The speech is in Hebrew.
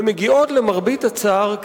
ומגיעות, למרבה הצער,